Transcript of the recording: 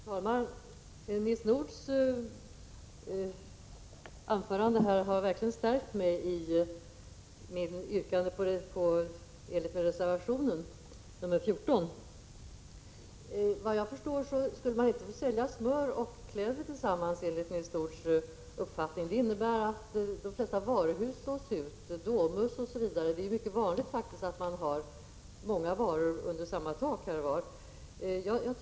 Fru talman! Nils Nordhs anförande har verkligen stärkt mig i mitt yrkande om bifall till reservation 14. Enligt vad jag förstår skulle man enligt Nils Nordhs uppfattning inte få sälja smör och kläder tillsammans. Det skulle innebära att de flesta varuhus slås ut, exempelvis Domus och andra. Det är mycket vanligt att man här och var har många olika varor under samma tak.